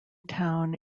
town